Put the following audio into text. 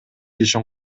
ишин